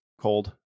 cold